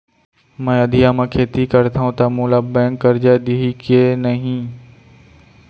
मैं अधिया म खेती करथंव त मोला बैंक करजा दिही के नही?